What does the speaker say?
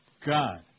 God